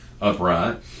upright